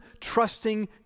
trusting